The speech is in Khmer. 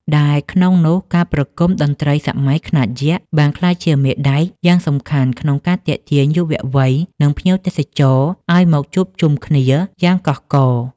ដែលក្នុងនោះការប្រគំតន្ត្រីសម័យខ្នាតយក្ស បានក្លាយជាមេដែកយ៉ាងសំខាន់ក្នុងការទាក់ទាញយុវវ័យ និងភ្ញៀវទេសចរឱ្យមកជួបជុំគ្នាយ៉ាងកុះករ។